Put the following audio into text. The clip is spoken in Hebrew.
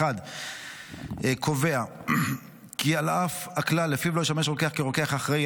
האחד קובע כי על אף הכלל שלפיו לא ישמש רוקח כרוקח אחראי,